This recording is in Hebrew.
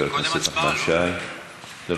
בבקשה,